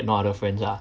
no other friends ah